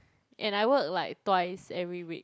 and I work like twice every week